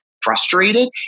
frustrated